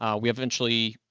um we eventually,